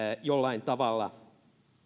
jollain tavalla